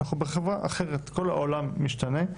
אנחנו בחברה אחרת וכל העולם השתנה,